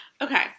Okay